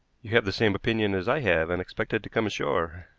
you have the same opinion as i have, and expect it to come ashore.